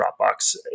Dropbox